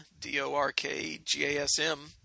D-O-R-K-G-A-S-M